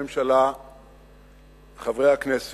דיון בהשתתפות ראש הממשלה בעקבות חתימותיהם של 40 חברי